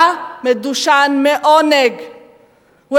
הוא